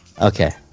Okay